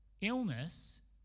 Illness